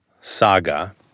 saga